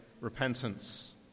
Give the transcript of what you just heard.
repentance